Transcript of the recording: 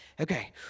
okay